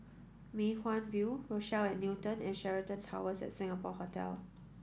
Mei Hwan View Rochelle at Newton and Sheraton Towers Singapore Hotel